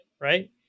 Right